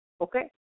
okay